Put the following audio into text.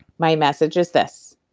my message is this.